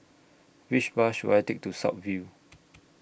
Which Bus should I Take to South View